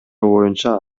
боюнча